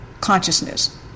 consciousness